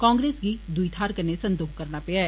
कांग्रेस गी दुई थाहरै कन्नै संदोख करना पेआ ऐ